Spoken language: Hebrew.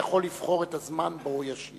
יכול לבחור את הזמן שבו הוא ישיב.